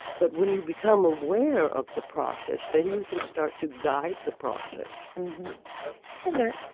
but when you become aware of the process, then you can start to guide the process heather,